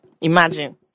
imagine